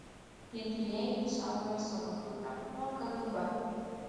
jie tylėjimu saugojo savo dukrą nuo kgb